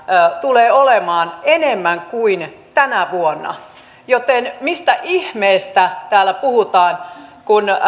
tulee olemaan enemmän kuin tänä vuonna mistä ihmeestä täällä puhutaan kun